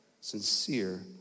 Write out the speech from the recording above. sincere